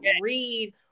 read